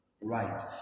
Right